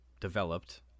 developed